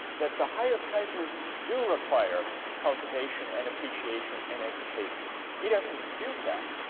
that the higher pleasures do require cultivation and appreciation and education he doesn't dispute that